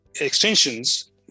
extensions